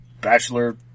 bachelor